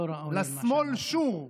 לשמאל שור.